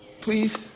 Please